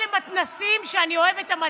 השרה למתנ"סים, שאני אוהבת את המתנ"סים,